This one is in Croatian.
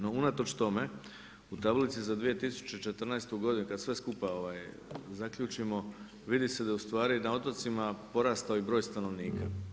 No, unatoč tome u tablici za 2014. godinu kad sve skupa zaključimo vidi se da je u stvari na otocima i porastao i broj stanovnika.